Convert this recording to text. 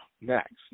next